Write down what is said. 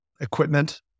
Equipment